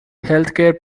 healthcare